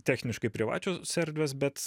techniškai privačios erdvės bet